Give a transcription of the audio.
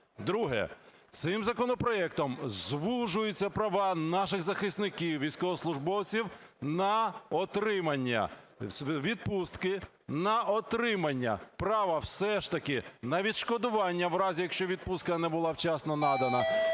Друге. Цим законопроектом звужуються права наших захисників військовослужбовців на отримання відпустки, на отримання права все ж таки на відшкодування в разі, якщо відпустка не була вчасно надана,